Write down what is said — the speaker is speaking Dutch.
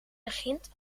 begint